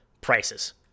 prices